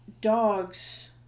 dogs